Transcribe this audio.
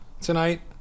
tonight